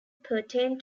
pertain